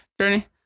journey